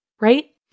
right